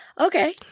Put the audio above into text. Okay